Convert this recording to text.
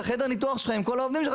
את חדר הניתוח שלך עם כל העובדים שלך,